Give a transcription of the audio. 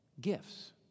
gifts